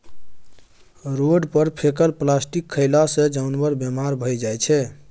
road पर फेकल plastic खएला सँ जानबर बेमार भए जाइ छै